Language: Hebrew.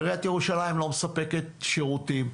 עיריית ירושלים לא מספקת שירותים.